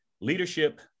leadership